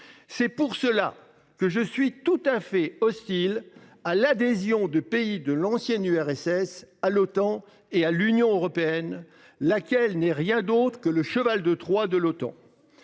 C'est pour cela que je suis tout à fait hostile à l'adhésion de pays de l'ancienne URSS à l'OTAN et à l'Union européenne, laquelle n'est rien d'autre que le cheval de Troie de l'OTAN.